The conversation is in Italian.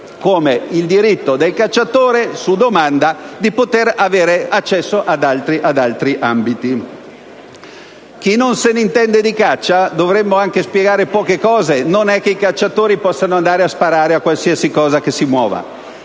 del diritto del cacciatore, su domanda, di poter accedere ad altri ambiti. A chi non si intende di caccia forse dovremmo anche spiegare alcune cose: non è che i cacciatori possono andare in giro a sparare a qualsiasi cosa si muova.